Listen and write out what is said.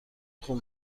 خون